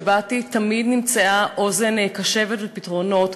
כשבאתי תמיד נמצאו אוזן קשבת ופתרונות,